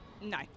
No